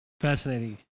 Fascinating